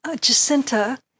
Jacinta